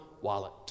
wallet